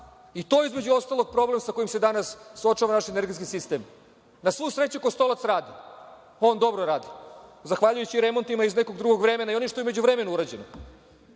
je, između ostalog, problem sa kojim se danas suočava naš energetski sistem. Na svu sreću, „Kostolac“ radi, on dobro radi, zahvaljujući remontima iz nekog drugog vremena i onome što je u međuvremenu urađeno.